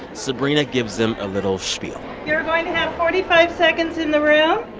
sabrina gives them a little spiel you're going to have forty five seconds in the room.